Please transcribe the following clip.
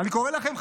אני קורא לכם,